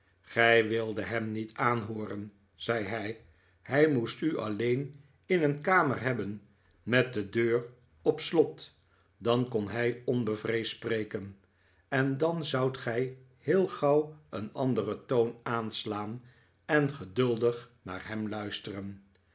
gij wildet hem niet aanhobren zei hij hij moest u alleen in een kamer hebben met de deur op slot dan kon hij onbevreesd spreken en dan zoudt gij heel gauw een anderen toon aanslaan en geduldig naar hem luisteren